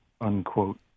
unquote